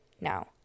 now